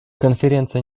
конференция